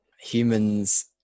humans